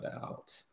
out